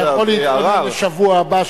אתה יכול להתכונן לשבוע הבא,